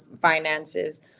finances